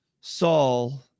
Saul